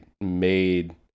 made